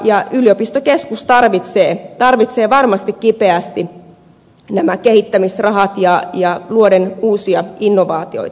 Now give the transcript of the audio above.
ja yliopistokeskus tarvitsee varmasti kipeästi nämä kehittämisrahat luodakseen uusia innovaatioita